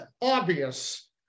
obvious